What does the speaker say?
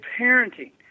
parenting